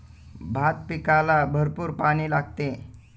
भात पिकाला भरपूर पाणी लागते